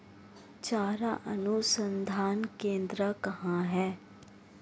चारा अनुसंधान केंद्र कहाँ है?